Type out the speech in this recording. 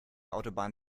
autobahn